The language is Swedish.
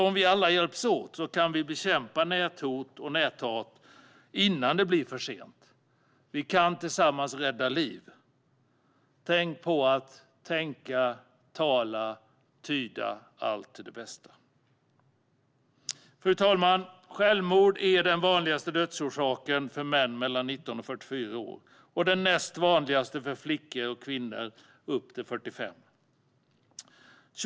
Om vi alla hjälps åt kan vi bekämpa näthot och näthat innan det blir för sent. Vi kan tillsammans rädda liv. Tänk på att tänka, tala, tyda allt till det bästa! Fru talman! Självmord är den vanligaste dödsorsaken för män mellan 19 och 44 år och den näst vanligaste för flickor och kvinnor upp till 45 år.